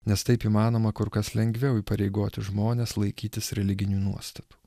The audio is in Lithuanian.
nes taip įmanoma kur kas lengviau įpareigoti žmones laikytis religinių nuostatų